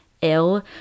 ill